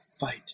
fight